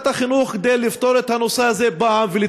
החינוך כדי לפתור את הנושא הזה אחת ולתמיד.